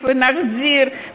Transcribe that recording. ונחזיר,